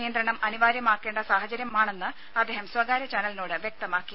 നിയന്ത്രണം അനിവാര്യമാക്കേണ്ട സാഹചര്യമാണെന്ന് അദ്ദേഹം സ്വകാര്യ ചാനലിനോട് വ്യക്തമാക്കി